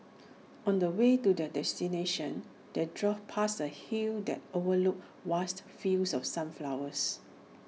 on the way to their destination they drove past A hill that overlooked vast fields of sunflowers